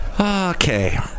Okay